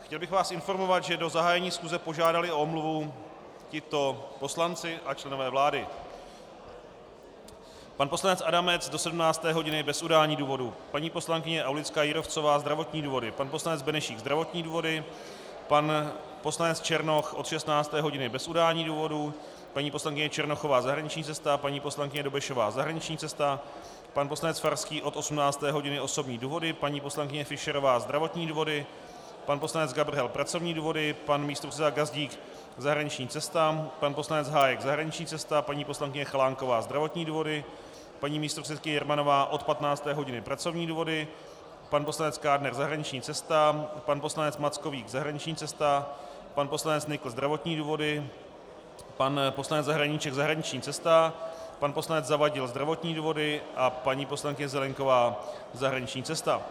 Chtěl bych vás informovat, že do zahájení schůze požádali o omluvu tito poslanci a členové vlády: pan poslanec Adamec do 17. hodiny bez udání důvodu, paní poslankyně Aulická Jírovcová zdravotní důvody, pan poslanec Benešík zdravotní důvody, pan poslanec Černoch od 16. hodiny bez udání důvodu, paní poslankyně Černochová zahraniční cesta, paní poslankyně Dobešová zahraniční cesta, pan poslanec Farský od 18. hodiny osobní důvody, paní poslankyně Fischerová zdravotní důvody, pan poslanec Gabrhel pracovní důvody, pan místopředseda Gazdík zahraniční cesta, pan poslanec Hájek zahraniční cesta, paní poslankyně Chalánková zdravotní důvody, paní místopředsedkyně Jermanová od 15 hodin pracovní důvody, pan poslanec Kádner zahraniční cesta, pan poslanec Mackovík zahraniční cesta, pan poslanec Nykl zdravotní důvody, pan poslanec Zahradníček zahraniční cesta, pan poslanec Zavadil zdravotní důvody a paní poslankyně Zelienková zahraniční cesta.